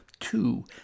two